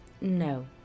No